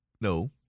No